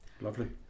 Lovely